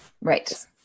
Right